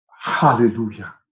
Hallelujah